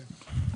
כן.